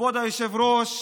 כבוד היושב-ראש,